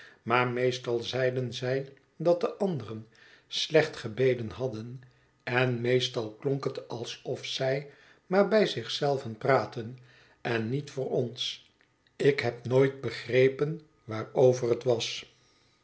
maar meestal zeiden zij dat de anderen slecht gebeden hadden en meestal klonk het alsof zij maar bij zich zelven praatten en niet voor ons ik heb nooit begrepen waarover het was